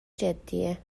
جدیه